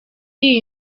iyi